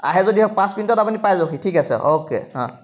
আহে যদি পাঁচ মিনিটত আহি পাই যাওকহি ঠিক আছে অ'কে অঁ